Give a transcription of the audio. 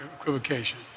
equivocation